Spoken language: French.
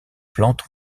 plantes